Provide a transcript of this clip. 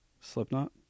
Slipknot